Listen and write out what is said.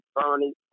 Bernie